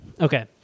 Okay